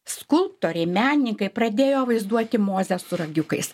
skulptoriai menininkai pradėjo vaizduoti mozę su ragiukais